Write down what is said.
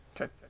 okay